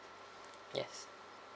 yes